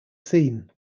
seen